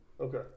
Okay